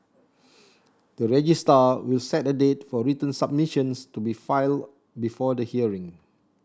the registrar will set a date for written submissions to be filed before the hearing